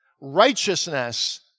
righteousness